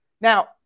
Now